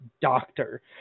doctor